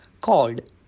called